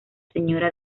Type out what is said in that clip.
señora